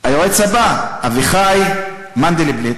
היועץ הבא, אביחי מנדלבליט.